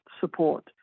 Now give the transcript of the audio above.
support